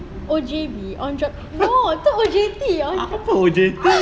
O_J_B on job no tu O_J_T